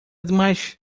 demais